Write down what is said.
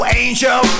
angel